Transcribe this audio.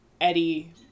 Eddie